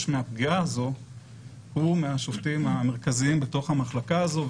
מהפגיעה הזו הוא מהשופטים המרכזיים בתוך המחלקה הזו.